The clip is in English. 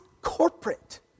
corporate